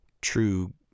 true